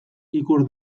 ikur